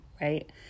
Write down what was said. right